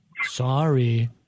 Sorry